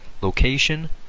location